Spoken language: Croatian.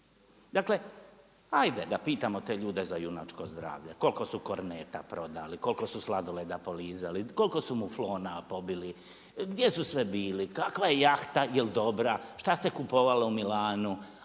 Dakle ajde da pitamo te ljude za junačko zdravlje koliko su korneta prodali, koliko su sladoleda polizali, koliko su muflona pobili, gdje su sve bili, kakva je jahta, je li dobra šta se kupovalo u Milanu,